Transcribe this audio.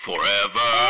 Forever